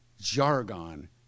jargon